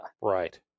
Right